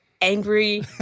angry